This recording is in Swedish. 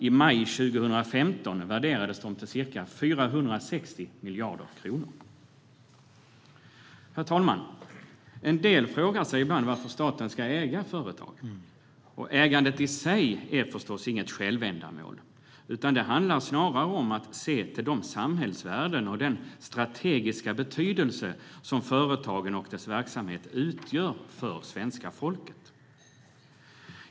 I maj 2015 värderades de till ca 460 miljarder kronor. Herr talman! En del frågar sig varför staten ska äga företag. Ägandet i sig är förstås inget självändamål, utan det handlar snarare om att se till de samhällsvärden och den strategiska betydelse som företagen och deras verksamhet utgör för svenska folket.